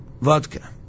vodka